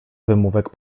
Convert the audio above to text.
wymówek